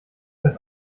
das